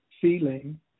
feeling